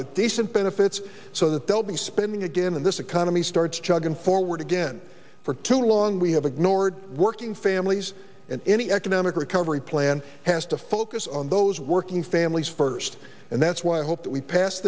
with decent benefits so that building spending again in this economy starts charging forward again for too long we have ignored working families and any economic recovery plan has to focus on those working families first and that's why i hope that we pass